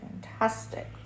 fantastic